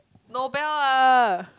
Nobel ah